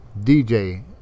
DJ